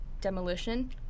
demolition